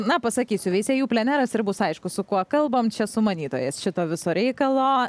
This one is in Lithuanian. na pasakysiu veisiejų pleneras ir bus aišku su kuo kalbam čia sumanytojas šito viso reikalo